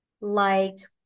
liked